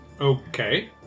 Okay